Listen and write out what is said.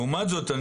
לעומת זאת,